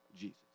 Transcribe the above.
jesus